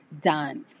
done